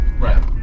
right